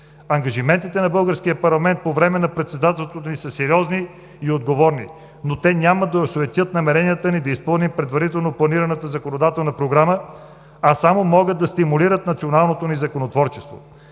Ангажиментите на българския парламент по време на Председателството ни са сериозни и отговорни, но те няма да осуетят намеренията ни да изпълним предварително планираната законодателна програма, а само могат да стимулират националното ни законотворчество.